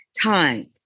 Time